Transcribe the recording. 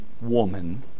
woman